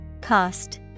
Cost